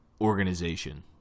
organization